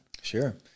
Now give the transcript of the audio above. Sure